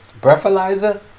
breathalyzer